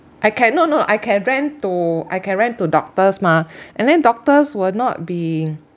I can no no I can rent to I can rent to doctors mah and then doctors will not be